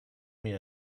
mir